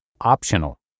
optional